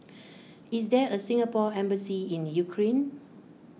is there a Singapore Embassy in Ukraine